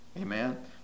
amen